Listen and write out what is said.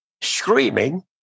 screaming